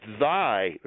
thy